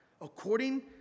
according